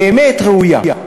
באמת ראויה.